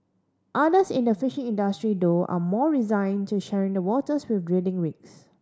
others in the fishing industry though are more resigned to sharing the waters with drilling rigs